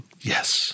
Yes